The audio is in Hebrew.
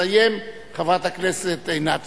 חבר הכנסת נחמן שי,